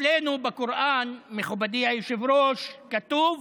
אצלנו בקוראן, מכובדי היושב-ראש, כתוב: